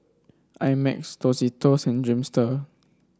I Max Tostitos Dreamster